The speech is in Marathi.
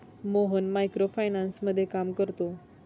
मोहन मायक्रो फायनान्समध्ये काम करतो